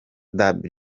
www